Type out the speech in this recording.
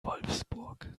wolfsburg